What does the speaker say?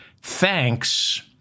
thanks